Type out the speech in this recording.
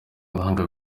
abahanga